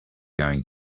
going